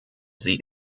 sie